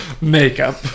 makeup